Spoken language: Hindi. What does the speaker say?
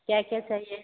क्या क्या चाहिए